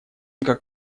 как